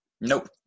Nope